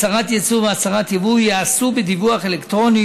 הצהרת יצוא והצהרת יבוא ייעשו בדיווח אלקטרוני